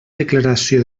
declaració